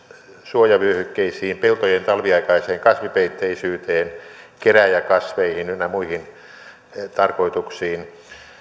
suojavyöhykkeisiin peltojen talviaikaiseen kasvipeitteisyyteen kerääjäkasveihin ynnä muihin tarkoituksiin